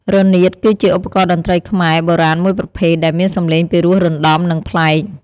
រនាត គឺជា ឧបករណ៍តន្ត្រីខ្មែរ បុរាណមួយប្រភេទ ដែលមានសំឡេងពិរោះរណ្ដំ និងប្លែក។